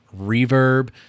Reverb